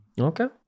okay